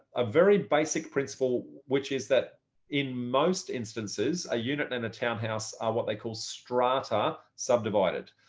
a very basic principle which is that in most instances a unit and a townhouse are what they call strata subdivided.